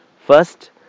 First